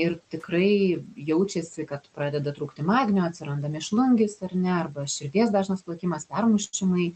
ir tikrai jaučiasi kad pradeda trūkti magnio atsiranda mėšlungis ar ne arba širdies dažnas plakimas permušimai